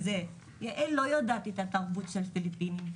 יעל לא מכירה את התרבות של הפיליפינים,